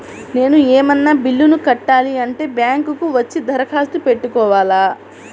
నేను ఏమన్నా బిల్లును కట్టాలి అంటే బ్యాంకు కు వచ్చి దరఖాస్తు పెట్టుకోవాలా?